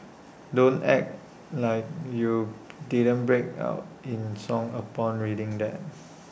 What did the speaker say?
don't act like you didn't break out in song upon reading that